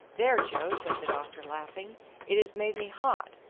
there, joe, said the doctor, laughing it has made me hot.